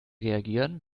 reagieren